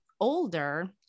older